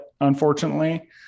unfortunately